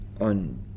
on